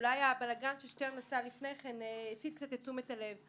אולי הבלגאן ששטרן עשה לפני כן הסיט קצת את תשומת הלב,